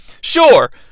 Sure